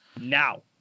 now